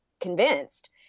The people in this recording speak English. convinced